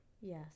Yes